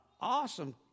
awesome